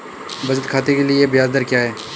बचत खाते के लिए ब्याज दर क्या है?